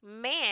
Man